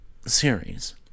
series